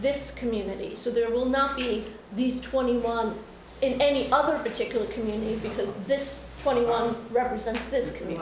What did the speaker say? this community so there will not be these twenty one in any other particular community because this twenty one represents th